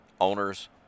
owners